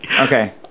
okay